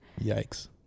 Yikes